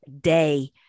day